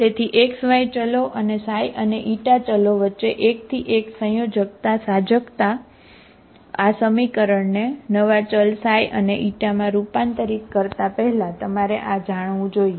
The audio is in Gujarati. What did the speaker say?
તેથી x y ચલો અને ξ અને η ચલો વચ્ચે એક થી એક સંયોજકતા સાજતા આ સમીકરણને નવા ચલ ξ અને η માં રૂપાંતરિત કરતા પહેલા તમારે આ જાણવું જોઈએ